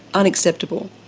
unacceptable?